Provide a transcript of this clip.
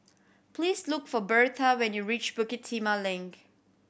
please look for Birtha when you reach Bukit Timah Link